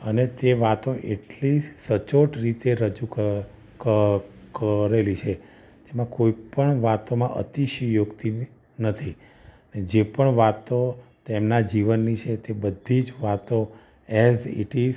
અને તે વાતો એટલી સચોટ રીતે રજુ ક ક કરેલી છે એમાં કોઈ પણ વાતોમાં અતિશયોક્તિ નથી જે પણ વાતો તેમના જીવનની છે તે બધી જ વાતો ઍઝ ઈટ ઈઝ